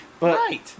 Right